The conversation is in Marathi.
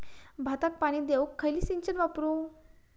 भाताक पाणी देऊक खयली सिंचन वापरू?